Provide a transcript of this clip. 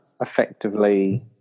effectively